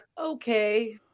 okay